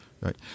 Right